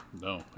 No